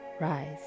rise